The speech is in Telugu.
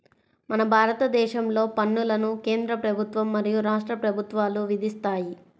మన భారతదేశంలో పన్నులను కేంద్ర ప్రభుత్వం మరియు రాష్ట్ర ప్రభుత్వాలు విధిస్తాయి